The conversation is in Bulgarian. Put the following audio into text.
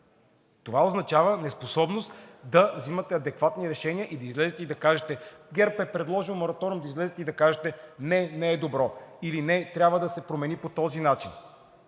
Това означава неспособност да взимате адекватни решения и да излезете и да кажете: ГЕРБ е предложил мораториум. Да излезете и да кажете: не, не е добро, или не, трябва да се промени по този начин.